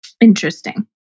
Interesting